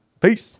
Peace